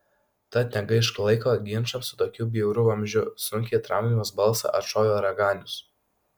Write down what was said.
tad negaišk laiko ginčams su tokiu bjauriu vabzdžiu sunkiai tramdydamas balsą atšovė raganius